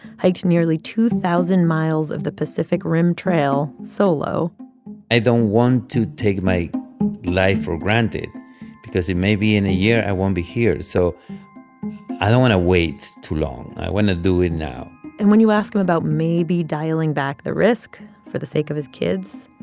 hiked nearly two thousand miles of the pacific rim trail solo i don't want to take my life for granted because maybe in a year, i won't be here. so i don't want to wait too long. i want to do it now and when you ask him about maybe dialing back the risk for the sake of his kids,